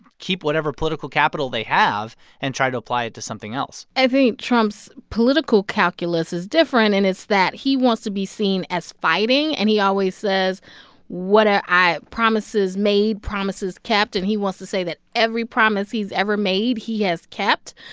keep whatever political capital they have and try to apply it to something else i think trump's political calculus is different. and it's that he wants to be seen as fighting. and he always says what ah promises made, promises kept. and he wants to say that every promise he's ever made, he has kept.